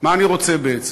מה אני רוצה בעצם?